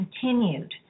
continued